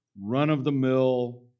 run-of-the-mill